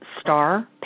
Star